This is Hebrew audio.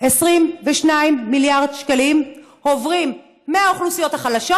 22 מיליארד שקלים עוברים מהאוכלוסיות החלשות